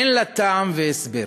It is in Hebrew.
אין לה טעם והסבר.